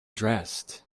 dressed